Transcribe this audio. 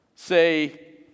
say